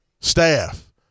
staff